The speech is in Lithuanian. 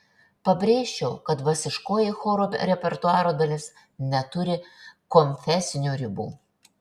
pabrėžčiau kad dvasiškoji choro repertuaro dalis neturi konfesinių ribų